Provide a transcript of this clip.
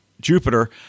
Jupiter